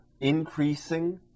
increasing